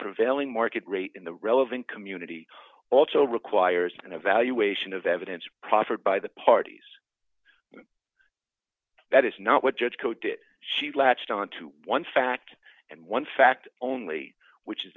prevailing market rate in the relevant community also requires an evaluation of evidence proffered by the parties that is not what judge coded she latched onto one fact and one fact only which is